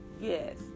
Yes